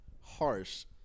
harsh